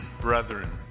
brethren